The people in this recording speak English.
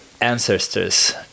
ancestors